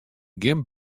gjin